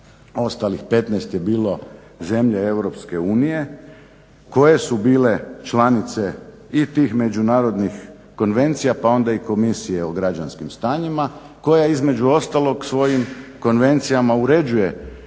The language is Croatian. ostalih 15 je bilo zemlje EU koje su bile članice i tih međunarodnih konvencija pa onda i Komisije o građanskim stanjima koje između ostalog svojim konvencijama uređuje